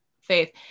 faith